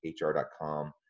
HR.com